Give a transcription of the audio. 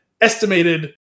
estimated